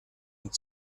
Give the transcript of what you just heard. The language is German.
und